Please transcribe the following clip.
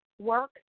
work